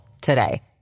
today